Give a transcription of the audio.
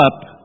up